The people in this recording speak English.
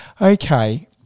Okay